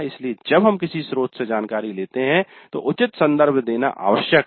इसलिए जब हम किसी स्रोत से जानकारी लेते हैं तो उचित संदर्भ देना आवश्यक है